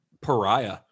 pariah